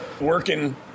working